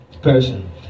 person